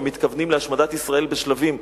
הם מתכוונים להשמדת ישראל בשלבים.